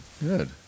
Good